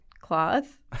cloth